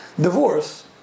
divorce